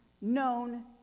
known